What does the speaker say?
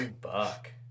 buck